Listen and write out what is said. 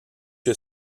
que